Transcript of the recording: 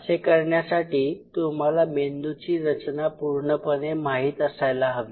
असे करण्यासाठी तुम्हाला मेंदूची रचना पूर्णपणे माहीत असायला हवी